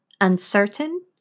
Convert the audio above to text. Uncertain